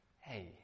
Hey